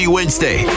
Wednesday